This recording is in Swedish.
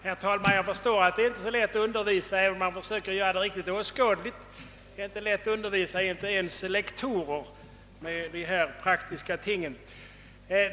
Herr talman! Jag förstår att det inte är så lätt att undervisa, även om man försöker göra det riktigt åskådligt. Det är inte ens lätt att undervisa lektorer i de här praktiska tingen!